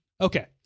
Okay